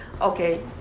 Okay